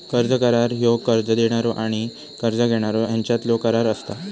कर्ज करार ह्यो कर्ज देणारो आणि कर्ज घेणारो ह्यांच्यातलो करार असता